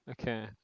Okay